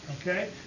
okay